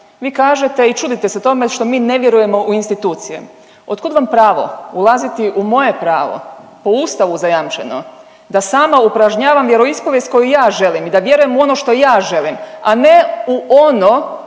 Vi kažete i čudite se tome što mi ne vjerujemo u institucije. Otkud vam pravo ulaziti u moje pravo po ustavu zajamčeno da sama upražnjavam vjeroispovijest koju ja želim i da vjerujem u ono u što ja želim, a ne u ono